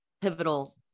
pivotal